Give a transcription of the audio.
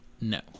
No